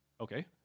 Okay